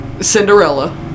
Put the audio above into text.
Cinderella